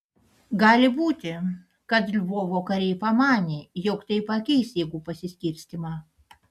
gali būti kad lvovo kariai pamanė jog tai pakeis jėgų pasiskirstymą